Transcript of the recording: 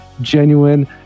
genuine